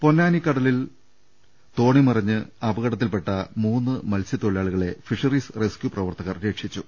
പൊന്നാനി കടലിൽ തോണി മറിഞ്ഞ് അപകടത്തിൽപ്പെട്ട മൂന്ന് മത്സ്യത്തൊഴിലാളികളെ ഫിഷറീസ് റസ്ക്യൂ പ്രവർത്ത കർ രക്ഷിച്ചു